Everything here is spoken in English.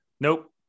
Nope